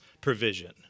provision